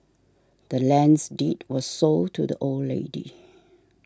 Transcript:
the land's deed was sold to the old lady